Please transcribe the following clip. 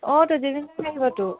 auto Zubeen Garg আহিবটো